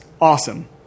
awesome